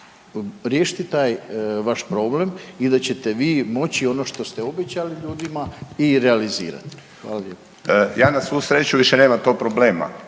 riješiti taj vaš problem i da ćete vi moći ono što ste obećali ljudima i realizirati. Hvala lijepo. **Klarić, Tomislav (HDZ)** Ja na svu sreću više nemam tog problema,